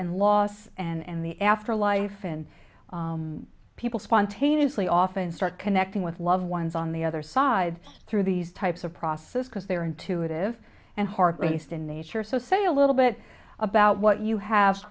and loss and the afterlife and people spontaneously often start connecting with loved ones on the other side through these types of processes because they are intuitive and heart raced in nature so say a little bit about what you have